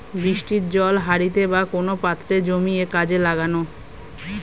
বৃষ্টির জল হাঁড়িতে বা কোন পাত্রে জমিয়ে কাজে লাগানো